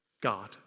God